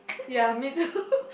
ya me too